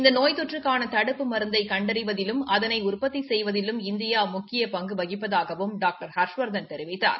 இந்த நோய் தொற்றுக்கான தடுப்பு மருந்தை கண்டறிவதிலும் அதனை உற்பத்தி செய்வதிலும் இந்தியா முக்கிய பங்கு வகிப்பதாகவும் டாக்டர் ஹர்ஷவர்தன் தெரிவித்தார்